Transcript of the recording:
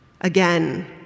Again